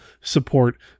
support